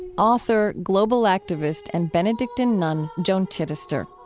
author, global activist and benedictine nun joan chittister.